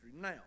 now